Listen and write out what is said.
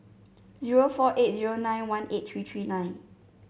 zero four eight zero nine one eight three three nine